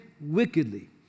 wickedly